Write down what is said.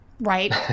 right